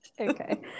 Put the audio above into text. Okay